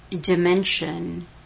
dimension